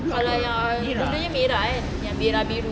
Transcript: kalau yang dulunya merah kan yang merah biru